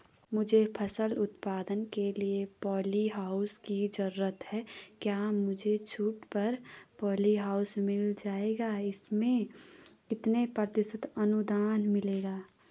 मुझे फसल उत्पादन के लिए प ॉलीहाउस की जरूरत है क्या मुझे छूट पर पॉलीहाउस मिल जाएगा इसमें कितने प्रतिशत अनुदान मिलेगा?